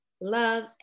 love